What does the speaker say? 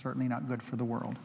certainly not good for the world